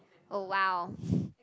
oh !wow!